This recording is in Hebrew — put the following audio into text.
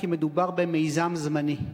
כי מדובר במיזם זמני.